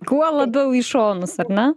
kuo labiau į šonus ar ne